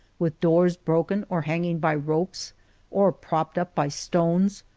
with doors broken or hanging by ropes or propped up by stones,